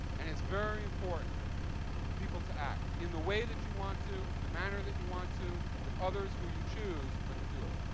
and it's very important for people to act in the way that you want to, in the manner that you want to, with others who you choose, but to do it.